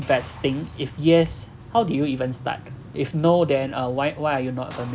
investing if yes how did you even start if no then uh why why are you not